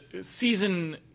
season